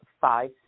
five